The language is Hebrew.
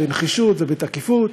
בנחישות ובתקיפות.